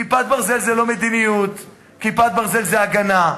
"כיפת ברזל" זה לא מדיניות, "כיפת ברזל" זה הגנה.